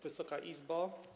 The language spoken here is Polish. Wysoka Izbo!